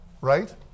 Right